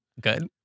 good